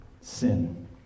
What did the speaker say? sin